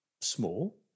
small